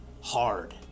Hard